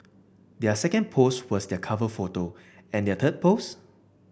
their second post was their cover photo and their third post